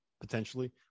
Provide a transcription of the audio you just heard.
potentially